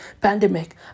pandemic